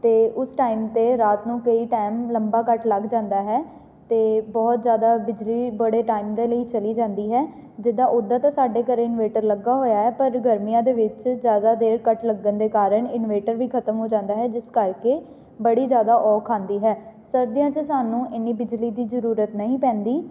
ਅਤੇ ਉਸ ਟਾਈਮ 'ਤੇ ਰਾਤ ਨੂੰ ਕਈ ਟਾਈਮ ਲੰਬਾ ਕੱਟ ਲੱਗ ਜਾਂਦਾ ਹੈ ਅਤੇ ਬਹੁਤ ਜ਼ਿਆਦਾ ਬਿਜਲੀ ਬੜੇ ਟਾਈਮ ਦੇ ਲਈ ਚਲੀ ਜਾਂਦੀ ਹੈ ਜਿੱਦਾਂ ਉੱਦਾਂ ਤਾਂ ਸਾਡੇ ਘਰ ਇਨਵੇਟਰ ਲੱਗਾ ਹੋਇਆ ਹੈ ਪਰ ਗਰਮੀਆਂ ਦੇ ਵਿੱਚ ਜ਼ਿਆਦਾ ਦੇਰ ਕੱਟ ਲੱਗਣ ਦੇ ਕਾਰਨ ਇਨਵੇਟਰ ਵੀ ਖ਼ਤਮ ਹੋ ਜਾਂਦਾ ਹੈ ਜਿਸ ਕਰਕੇ ਬੜੀ ਜ਼ਿਆਦਾ ਔਖ ਆਉਂਦੀ ਹੈ ਸਰਦੀਆਂ 'ਚ ਸਾਨੂੰ ਇੰਨੀ ਬਿਜਲੀ ਦੀ ਜ਼ਰੂਰਤ ਨਹੀਂ ਪੈਂਦੀ